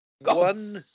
one